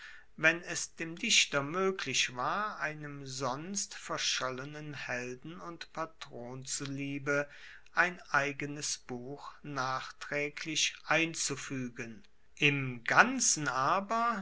wenn es dem dichter moeglich war einem sonst verschollenen helden und patron zuliebe ein eigenes buch nachtraeglich einzufuegen im ganzen aber